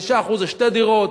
ו-5% זה שתי דירות.